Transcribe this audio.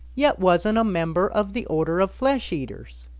yet wasn't a member of the order of flesh eaters.